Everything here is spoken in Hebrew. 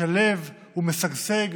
שלו ומשגשג,